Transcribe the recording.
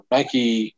Nike